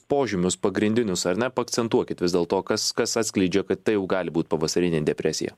požymius pagrindinius ar ne paakcentuokit vis dėlto kas kas atskleidžia kad tai jau gali būt pavasarinė depresija